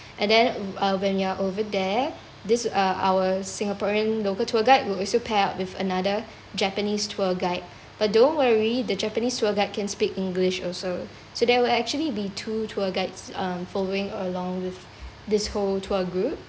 and then uh when you're over there this uh our singaporean local tour guide will also pair up with another japanese tour guide but don't worry the japanese tour guide can speak english also so there will actually be two tour guides uh following along with this whole tour group